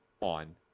on